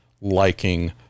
liking